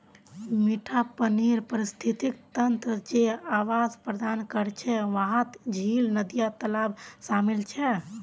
मिठा पानीर पारिस्थितिक तंत्र जे आवास प्रदान करछे वहात झील, नदिया, तालाब शामिल छे